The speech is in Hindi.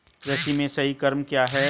कृषि में सही क्रम क्या है?